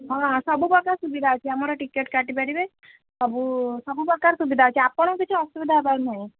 ହଁ ସବୁ ପ୍ରକାର ସୁବିଧା ଅଛି ଆମର ଟିକେଟ୍ କାଟିପାରିବେ ସବୁ ସବୁ ପ୍ରକାର ସୁବିଧା ଅଛି ଆପଣ କିଛି ଅସୁବିଧା ହେବାର ନାହିଁ